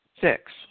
Six